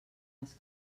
les